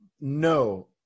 No